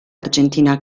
argentina